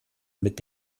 mit